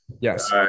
Yes